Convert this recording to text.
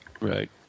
Right